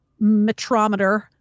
metrometer